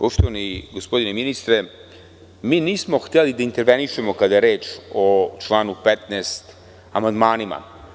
Poštovani gospodine ministre, mi nismo hteli da intervenišemo kada je reč o članu 15. amandmanima.